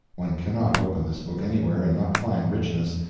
one cannot open this book anywhere and not find richness.